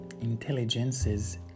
intelligences